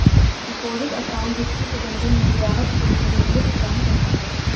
deposit account वित्तीय प्रबंधन में ग्राहक को सहूलियत प्रदान करता है